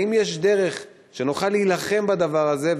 האם יש דרך שבה נוכל להילחם בדבר הזה?